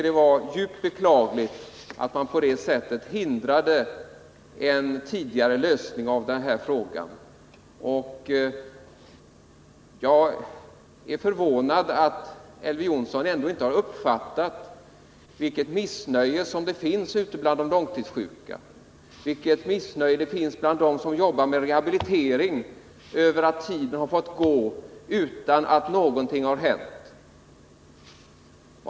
Det var djupt beklagligt att man på det sättet hindrade en tidigare lösning av frågan. Jag är förvånad över att Elver Jonsson inte har uppfattat vilket missnöje som finns ute bland de långtidssjuka och bland dem som jobbar med rehabilitering, över att tiden har fått gå utan att någonting har hänt.